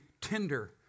tender